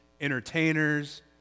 entertainers